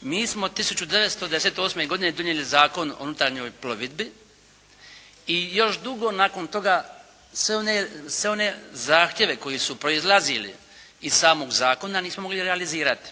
Mi smo 1998. godine donijeli Zakon o unutarnjoj plovidbi i još dugo nakon toga sve one zahtjeve koji su proizlazili iz samog zakona nismo mogli realizirati.